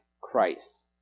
Christ